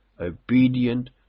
obedient